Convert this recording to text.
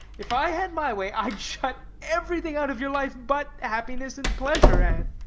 if i had my way i'd shut everything out of your life but happiness and pleasure,